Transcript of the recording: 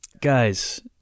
Guys